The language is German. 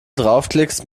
draufklickst